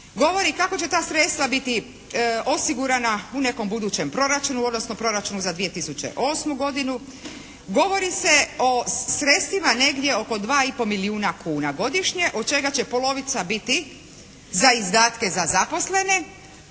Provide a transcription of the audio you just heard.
govori kako će ta sredstva biti osigurana u nekom budućem proračunu odnosno u proračunu za 2008. godinu, govori se o sredstvima negdje oko 2 i pol milijuna kuna godišnje od čega će polovica biti za izdatke za zaposlene